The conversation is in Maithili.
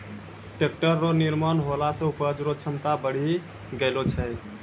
टैक्ट्रर रो निर्माण होला से उपज रो क्षमता बड़ी गेलो छै